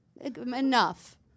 Enough